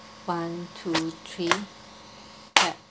one two three clap